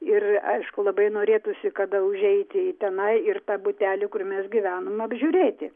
ir aišku labai norėtųsi kada užeiti tenai ir tą butelį kur mes gyvenom apžiūrėti